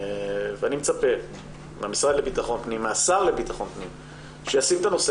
אני מצפה מהשר לביטחון פנים שישים את הנושא